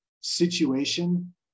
situation